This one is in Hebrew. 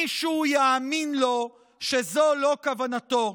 מישהו יאמין לו שזאת לא כוונתו.